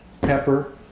pepper